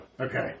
Okay